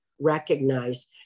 recognize